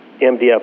MDF